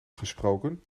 gesproken